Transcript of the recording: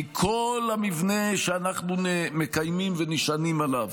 כי כל המבנה שאנחנו מקיימים ונשענים עליו